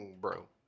bro